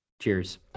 Cheers